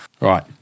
Right